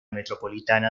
metropolitana